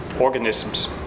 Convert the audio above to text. organisms